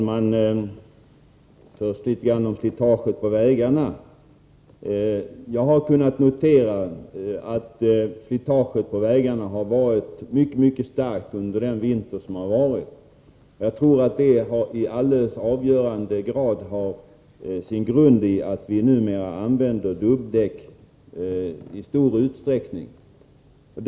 Herr talman! Jag har kunnat notera att slitaget på vägarna har varit mycket starkt under den gångna vintern. Jag tror att detta i avgörande grad har sin grund i att vi numera i stor utsträckning använder dubbdäck.